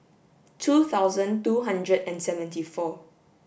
two thousand two hundred and seventy four